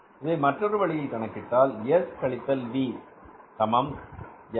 இதை மற்றொரு வழியில் கணக்கிட்டால் எஸ் கழித்தல் வி சமம் எஸ்